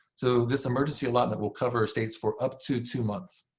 so this emergency allotment will cover states for up to two months.